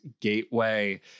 gateway